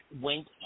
went